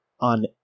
on